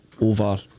Over